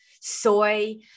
soy